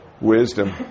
wisdom